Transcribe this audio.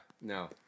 no